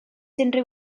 unrhyw